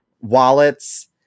wallets